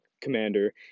commander